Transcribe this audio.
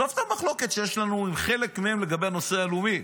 עזוב את המחלוקת שיש לנו עם חלק מהם לגבי הנושא הלאומי.